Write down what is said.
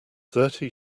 thirty